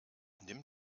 nimm